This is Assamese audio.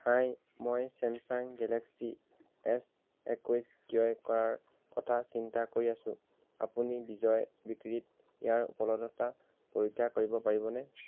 হাই মই ছেমছাং গেলেক্সী এছ একৈছ ক্ৰয় কৰাৰ কথা চিন্তা কৰি আছোঁ আপুনি বিজয় বিক্ৰীত ইয়াৰ উপলব্ধতা পৰীক্ষা কৰিব পাৰিবনে